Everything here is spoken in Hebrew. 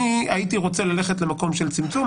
הייתי רוצה ללכת למקום של צמצום.